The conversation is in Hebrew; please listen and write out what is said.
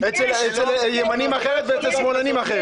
אצל ימנים אחרת ואצל שמאלנים אחרת.